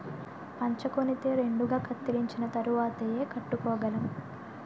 పంచకొనితే రెండుగా కత్తిరించిన తరువాతేయ్ కట్టుకోగలం